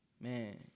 man